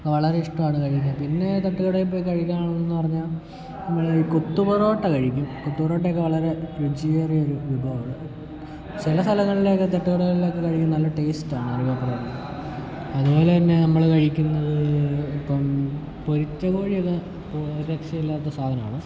വളരെ ഇഷ്ടമാണ് കഴിക്കാൻ പിന്നേ തട്ടുകടയിൽപ്പോയി കഴിക്കാനുള്ളതെന്ന് പറഞ്ഞാൽ നമ്മൾ ഈ കൊത്ത് പൊറോട്ട കഴിക്കും കൊത്ത് പൊറോട്ടയൊക്കെ വളരെ രുചിയേറിയ ഒരു വിഭവമാണ് ചില സ്ഥലങ്ങളിലെയൊക്കെ തട്ടുകടകളിലെയൊക്കെ കഴിക്കാൻ നല്ല ടേസ്റ്റാണ് അലുവ പൊറോട്ട അതുപോലെതന്നെ നമ്മൾ കഴിക്കുന്നത് ഇപ്പം പൊരിച്ച കോഴിയൊക്കെ ഇപ്പോൾ ഒരു രക്ഷയില്ലാത്ത സാധനമാണ്